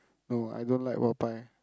no I don't like Popeyes